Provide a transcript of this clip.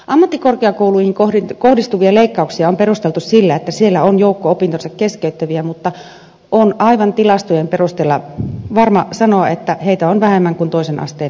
ammattikorkeakouluihin kohdistuvia leikkauksia on perusteltu sillä että siellä on joukko opintonsa keskeyttäviä mutta voi aivan tilastojen perusteella varmasti sanoa että heitä on vähemmän kuin toisen asteen koulutuksessa